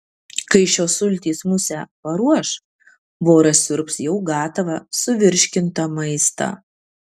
kai šios sultys musę paruoš voras siurbs jau gatavą suvirškintą maistą